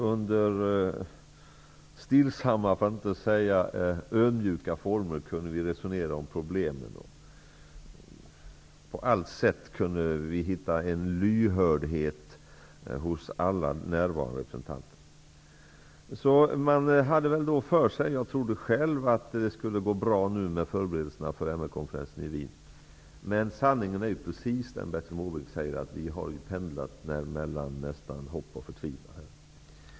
Under stillsamma, för att inte säga ödmjuka, former kunde vi resonera om problemen. På allt sätt kunde vi finna en lyhördhet hos alla närvarande representanter. Man hade för sig, och jag trodde det själv, att det skulle gå bra med förberedelserna för MR konferensen i Wien. Men sanningen är, precis som Bertil Måbrink säger, att vi nästan pendlat mellan hopp och förtvivlan.